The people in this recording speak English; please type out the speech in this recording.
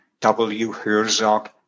wherzog